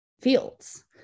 fields